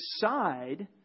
decide